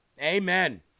Amen